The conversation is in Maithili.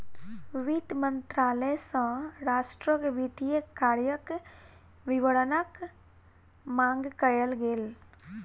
वित्त मंत्रालय सॅ राष्ट्रक वित्तीय कार्यक विवरणक मांग कयल गेल